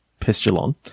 Pestilon